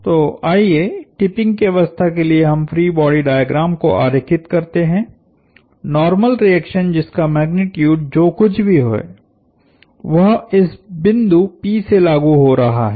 तो आइए टिपिंग की अवस्था के लिए हम फ्री बॉडी डायग्राम को आरेखित करते हैं नार्मल रिएक्शन जिसका मैग्नीट्यूड जो कुछ भी है वह इस बिंदु p से लागु हो रहा है